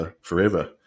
forever